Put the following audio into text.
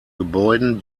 gebäuden